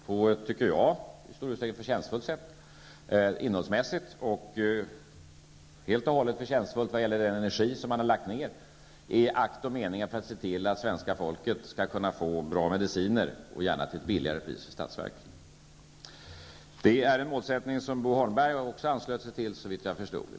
Han har gjort det på ett i stor utsträckning förtjänstfullt sätt innehållsmässigt, och han har gjort det helt och hållet förtjänstfullt vad gäller den energi som han har lagt ner i akt och mening att se till att svenska folket skall få bra mediciner, gärna till ett lägre pris för statsverket. Det är en målsättning som Bo Holmberg också ansluter sig till, såvitt jag förstår.